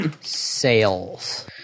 sales